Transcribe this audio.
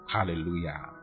Hallelujah